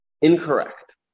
incorrect